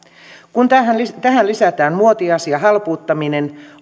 kun tähän lisätään muotiasia halpuuttaminen